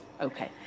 okay